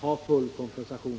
får full kompensation.